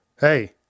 Hey